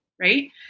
right